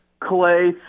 Clay